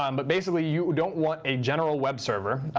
um but basically, you don't want a general web server,